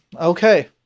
Okay